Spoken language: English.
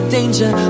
Danger